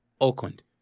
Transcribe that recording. Oakland